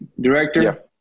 director